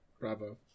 Bravo